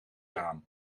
raam